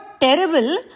terrible